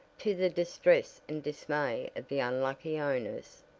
to the distress and dismay of the unlucky owners.